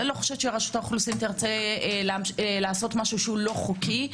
אני לא חושבת שרשות האוכלוסין תרצה לעשות משהו שהוא לא חוקי,